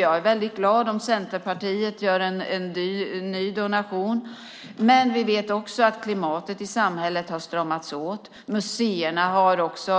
Jag är väldigt glad om Centerpartiet gör en ny donation. Men vi vet också att klimatet i samhället har blivit hårdare. Museerna har också